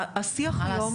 מה לעשות.